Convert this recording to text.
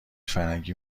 فرنگی